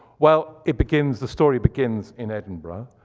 well, it begins, the story begins in edinburgh,